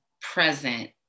present